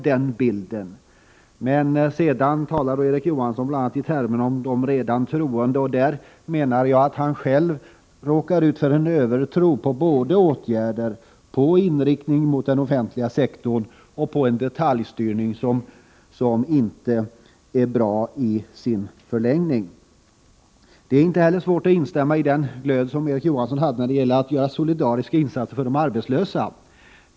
Men när han sedan talade i termer om de redan troende menar jag att han själv råkade ut för en övertro på åtgärder, på en inriktning mot den offentliga sektorn och på en detaljstyrning som inte är bra i sin förlängning. Det är däremot inte svårt att sympatisera med den glöd som Erik Johansson visade när det gällde att göra solidariska insatser för de arbetslösa.